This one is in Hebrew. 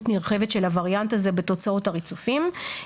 נרחבת של הווריאנט הזה בתוצאות הריצופים.